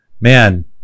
man